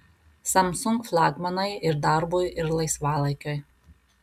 samsung flagmanai ir darbui ir laisvalaikiui